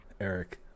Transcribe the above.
Eric